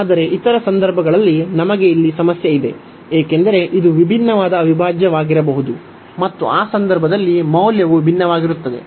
ಆದರೆ ಇತರ ಸಂದರ್ಭಗಳಲ್ಲಿ ನಮಗೆ ಇಲ್ಲಿ ಸಮಸ್ಯೆ ಇದೆ ಏಕೆಂದರೆ ಇದು ವಿಭಿನ್ನವಾದ ಅವಿಭಾಜ್ಯವಾಗಿರಬಹುದು ಮತ್ತು ಆ ಸಂದರ್ಭದಲ್ಲಿ ಮೌಲ್ಯವು ಭಿನ್ನವಾಗಿರುತ್ತದೆ